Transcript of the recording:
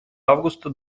августа